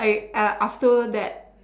I uh after that